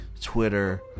twitter